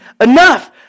enough